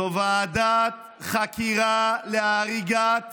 זו ועדת חקירה בדבר הריגת